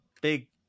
big